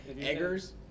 Eggers